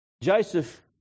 Joseph